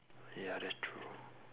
ya that's true